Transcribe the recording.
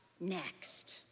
next